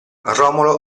romolo